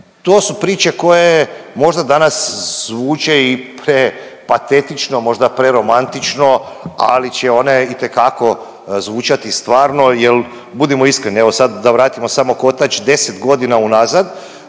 to su priče koje možda danas zvuče i prepatetično, možda preromantično, ali će one itekako zvučati stvarno jel budimo iskreni, evo sad da vratimo samo kotač 10.g. unazad